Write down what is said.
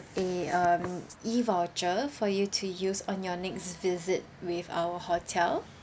a um E voucher for you to use on your next visit with our hotel